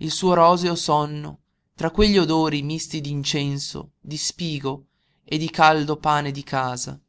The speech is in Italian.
il suo roseo sonno tra quegli odori misti d'incenso di spigo e di caldo pane di casa